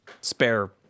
spare